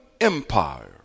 Empire